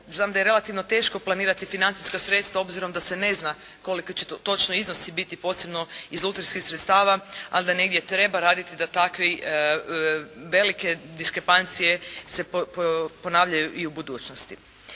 znam da je relativno teško planirati financijska sredstva obzirom da se ne zna koliki će točno iznosi biti posebno iz …/Govornica se ne razumije./… sredstava ali da negdje treba raditi da takve velike diskrepancije se ponavljaju i u budućnosti.